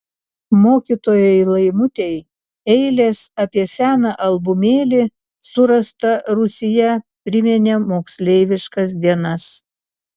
mokytojai laimutei eilės apie seną albumėlį surastą rūsyje priminė moksleiviškas dienas